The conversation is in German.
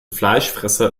fleischfresser